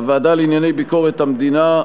הוועדה לענייני ביקורת המדינה,